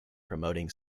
promoting